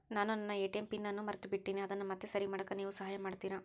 ನಾನು ನನ್ನ ATM pin ಅನ್ನು ಮರೆತುಬಿಟ್ಟೇನಿ ಅದನ್ನು ಮತ್ತೆ ಸರಿ ಮಾಡಾಕ ನೇವು ಸಹಾಯ ಮಾಡ್ತಿರಾ?